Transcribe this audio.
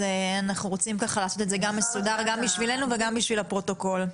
אז אנחנו רוצים לעשות את זה מסודר גם בשבילנו וגם בשביל הפרוטוקול.